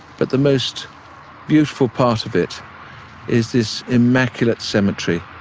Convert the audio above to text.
but the most beautiful part of it is this immaculate cemetery,